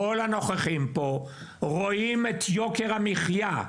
כל הנוכחים פה רואים את יוקר המחייה.